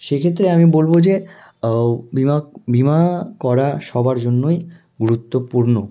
সে ক্ষেত্রে আমি বলবো যে বিমা বিমা করা সবার জন্যই গুরুত্বপূর্ণ